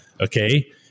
Okay